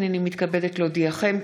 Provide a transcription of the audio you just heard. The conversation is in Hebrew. הינני מתכבדת להודיעכם,